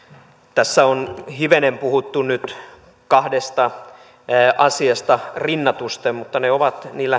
tässä on hivenen puhuttu nyt kahdesta asiasta rinnatusten mutta ne ovat